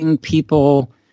people